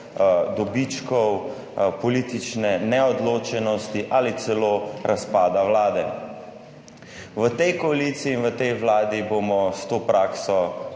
dobičkov, politične neodločenosti ali celo razpada vlade. V tej koaliciji in v tej vladi bomo s to prakso